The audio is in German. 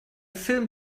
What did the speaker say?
film